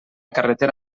carretera